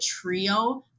trio